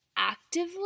actively